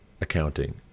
accounting